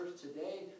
today